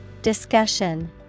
Discussion